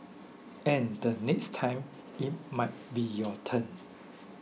and the next time it might be your turn